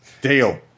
Deal